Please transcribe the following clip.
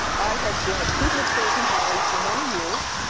i had been a student of silicon valley for many years.